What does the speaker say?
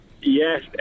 Yes